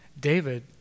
David